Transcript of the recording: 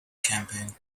campaign